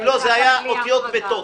אם לא, זה היה אותיות מתות.